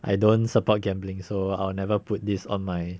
I don't support gambling so I'll never put this on my